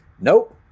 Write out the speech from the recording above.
nope